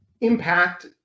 impact